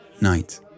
night